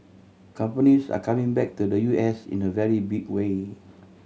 companies are coming back to the U S in a very big way